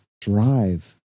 drive